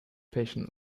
patient